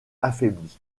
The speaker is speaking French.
affaibli